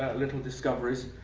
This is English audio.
little discoveries.